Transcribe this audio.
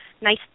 nice